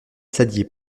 saddier